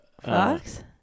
fox